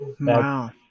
wow